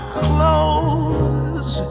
clothes